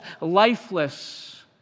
lifeless